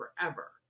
forever